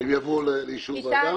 הם יבואו לאישור ועדה?